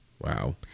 Wow